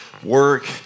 work